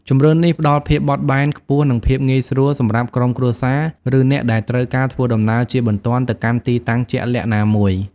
ជម្រើសនេះផ្តល់ភាពបត់បែនខ្ពស់និងភាពងាយស្រួលសម្រាប់ក្រុមគ្រួសារឬអ្នកដែលត្រូវការធ្វើដំណើរជាបន្ទាន់ទៅកាន់ទីតាំងជាក់លាក់ណាមួយ។